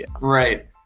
Right